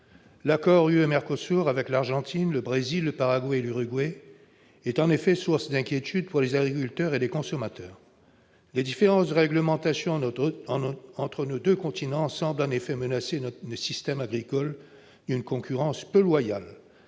l'Union européenne et l'Argentine, le Brésil, le Paraguay et l'Uruguay, est en effet source d'inquiétudes pour les agriculteurs et les consommateurs. Les différences de réglementation entre nos deux continents semblent menacer notre système agricole d'une concurrence peu loyale.